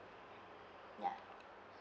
ya